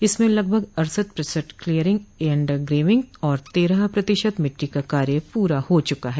इसमें लगभग अड़सठ प्रतिशत क्लियरिंग एण्ड ग्रैविंग और तेरह प्रतिशत मिट्टी का कार्य पूरा हो चुका है